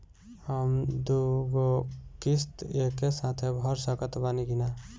हम दु गो किश्त एके साथ भर सकत बानी की ना?